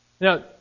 Now